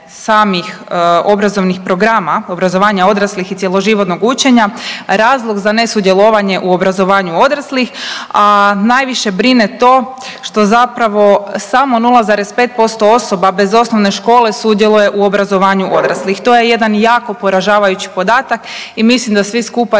obrazovnih programa obrazovanja odraslih i cjeloživotnog učenja razlog za nesudjelovanje u obrazovanju odraslih, a najviše brine to što zapravo samo 0,5% osoba bez osnovne škole sudjeluje u obrazovanju odraslih. To je jedan jako poražavajući podatak i mislim da svi skupa